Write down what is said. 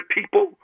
people